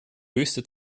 höchste